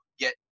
get